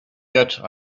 yet